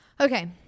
Okay